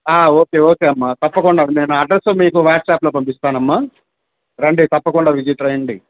okay okay అమ్మా తప్పకుండా నేను అడ్రసు మీకు వాట్సాప్లో పంపిస్తానమ్మా రండి తప్పకుండా విసిట్ రండి